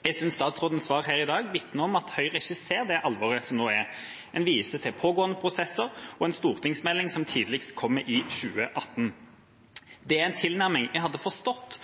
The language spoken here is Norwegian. Jeg synes statsrådens svar her i dag vitner om at Høyre ikke ser det alvoret som nå er. En viser til pågående prosesser og en stortingsmelding som tidligst kommer i 2018. Det er en tilnærming jeg hadde forstått